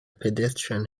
pedestrian